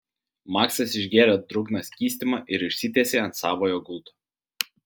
maksas išgėrė drungną skystimą ir išsitiesė ant savojo gulto